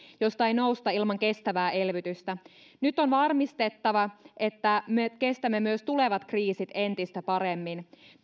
josta ei nousta ilman kestävää elvytystä nyt on varmistettava että me kestämme myös tulevat kriisit entistä paremmin